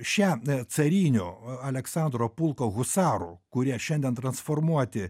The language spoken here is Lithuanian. šią a carinių aleksandro pulko husarų kurie šiandien transformuoti